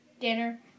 dinner